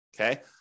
okay